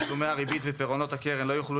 תשלומי הריבית ופירעונות הקרן לא יוכלו